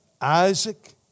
Isaac